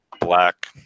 black